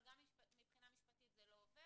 אבל גם מבחינה משפטית זה לא עובר.